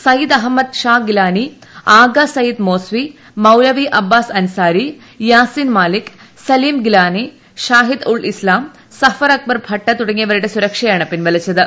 സയ്യിദ് അഹമ്മദ് ഷാ ഗിലാനി ആഗ സയ്യിദ് മോസ്വി മൌലവി അബ്ബാസ് അൻസാരി യാസീൻ മാലിക് സലീം ഗിലാനി ഷാഹിദ് ഉൾ ഇസ്ലാം സഫർ അക്ബർ ഭട്ട് തുടങ്ങിയവരുടെ സുരക്ഷയാണ് പിൻവലിച്ചത്